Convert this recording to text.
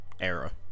era